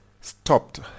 stopped